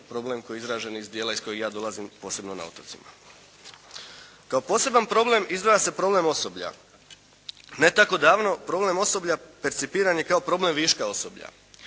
problem koji je izražen iz dijela iz kojeg ja dolazim posebno na otocima. Kao poseban problem izdvaja se problem osoblja. Ne tako davno problem osoblja percipiran je kao problem viška osoblja.